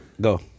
go